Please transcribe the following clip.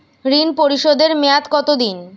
ঋণ পরিশোধের মেয়াদ কত দিন?